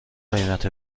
قیمت